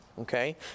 okay